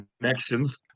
connections